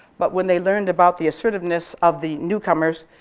but when they learned about the assertiveness of the newcomers,